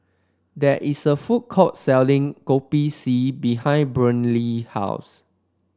there is a food court selling Kopi C behind Brynlee house